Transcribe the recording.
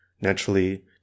naturally